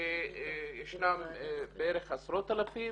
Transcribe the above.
שישנם בערך עשרות אלפים